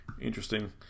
Interesting